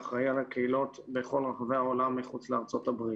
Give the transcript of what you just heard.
שאחראי על הקהילות בכל רחבי העולם מחוץ לארצות הברית.